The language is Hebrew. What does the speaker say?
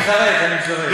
אני אזרז, אני מזרז.